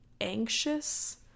anxious-